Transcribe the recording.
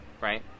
right